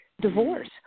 divorce